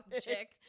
chick